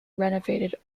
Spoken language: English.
renovated